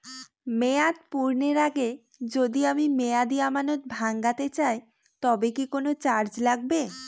মেয়াদ পূর্ণের আগে যদি আমি মেয়াদি আমানত ভাঙাতে চাই তবে কি কোন চার্জ লাগবে?